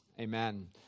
Amen